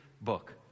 book